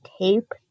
tape